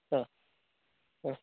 ആ ആ